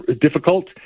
difficult